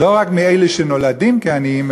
לא רק מאלה שנולדים עניים,